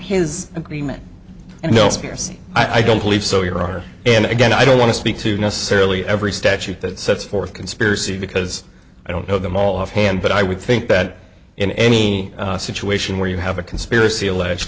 his agreement and no spears i don't believe so your honor and again i don't want to speak to necessarily every statute that sets forth conspiracy because i don't know them all off hand but i would think that in any situation where you have a conspiracy alleged